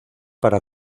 para